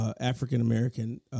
African-American